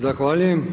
Zahvaljujem.